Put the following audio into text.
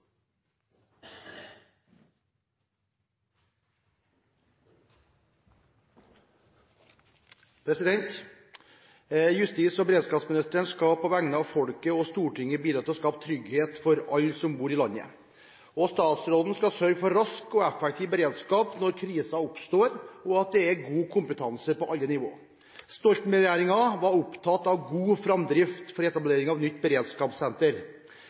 Justis- og beredskapsministeren skal på vegne av folket og Stortinget bidra til å skape trygghet for alle som bor i landet, og statsråden skal sørge for rask og effektiv beredskap når kriser oppstår, og at det er god kompetanse på alle nivå. Stoltenberg-regjeringen var opptatt av god framdrift for etablering av nytt beredskapssenter,